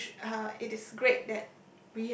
you should uh it is great that